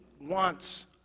wants